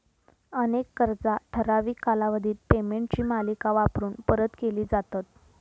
अनेक कर्जा ठराविक कालावधीत पेमेंटची मालिका वापरून परत केली जातत